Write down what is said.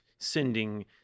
Sending